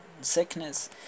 sickness